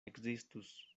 ekzistus